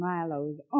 Milo's